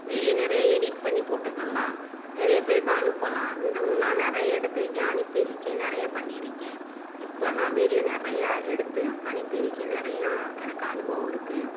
video நிறைய edit பண்ணி போட்டுக்கலாம் நிறைய பேருக்கு அனுப்பலாம் இந்த ம நான் நிறைய எடுத்திருக்கேன் அனுப்பியிருக்கேன் நிறைய பண்ணியிருக்கேன் இப்போ நான் வீடியோ நிறையா எடுத்து அனுப்பியிருக்கேன் நிறையா எனக்கு அனுபவம் இருக்குது